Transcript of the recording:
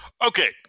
Okay